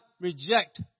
reject